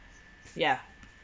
yeah